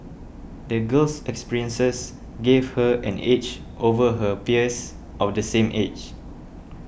the girl's experiences gave her an edge over her peers of the same age